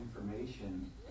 information